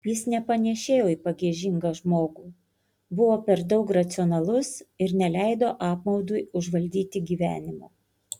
jis nepanėšėjo į pagiežingą žmogų buvo per daug racionalus ir neleido apmaudui užvaldyti gyvenimo